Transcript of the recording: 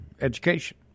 education